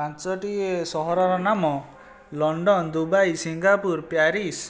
ପାଞ୍ଚୋଟି ସହରର ନାମ ଲଣ୍ଡନ ଦୁବାଇ ସିଙ୍ଗାପୁର ପ୍ୟାରିସ